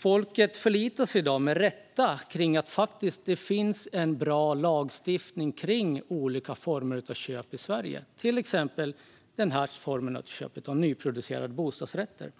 Folk förlitar sig i dag, med rätta, på att det finns en bra lagstiftning kring olika former av köp i Sverige, till exempel vid köp av nyproducerade bostadsrätter.